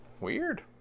Weird